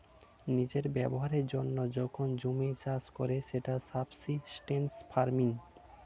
নিজের ব্যবহারের জন্য যখন জমি চাষ করে সেটা সাবসিস্টেন্স ফার্মিং